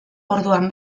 orduan